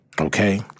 Okay